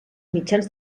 mitjans